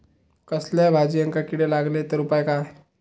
कसल्याय भाजायेंका किडे लागले तर उपाय काय?